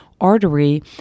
artery